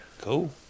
Cool